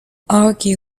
argue